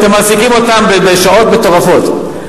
אתם מעסיקים אותם בשעות מטורפות.